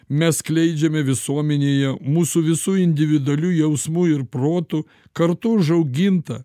mes skleidžiame visuomenėje mūsų visų individualių jausmų ir protų kartu užaugintą